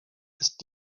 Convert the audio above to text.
ist